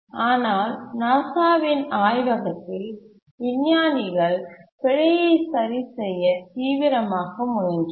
ஆனால் நாசாவின் ஆய்வகத்தில் விஞ்ஞானிகள் பிழையை சரிசெய்ய தீவிரமாக முயன்றனர்